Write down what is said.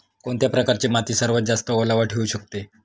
कोणत्या प्रकारची माती सर्वात जास्त ओलावा ठेवू शकते?